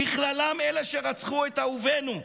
בכללם אלה שרצחו את אהובינו,